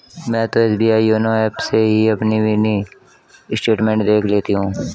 मैं तो SBI YONO app से ही अपनी मिनी स्टेटमेंट देख लेती हूँ